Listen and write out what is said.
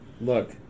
Look